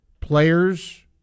Players